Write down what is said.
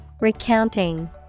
Recounting